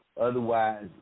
otherwise